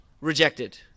Rejected